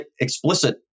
explicit